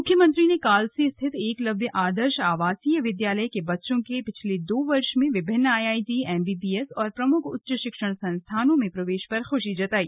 मुख्यमंत्री ने कालसी स्थित एकलव्य आदर्श आवासीय विद्यालय के बच्चों के पिछले दो वर्ष में विभिन्न आईआईटी एमबीबीएस और प्रमुख उच्च शिक्षण संस्थानों में प्रवेश पर खुशी जताई